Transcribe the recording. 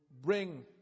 bring